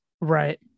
Right